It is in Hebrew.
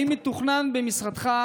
רצוני לשאול: 1. האם מתוכנן במשרדך מבצע